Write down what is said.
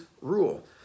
rule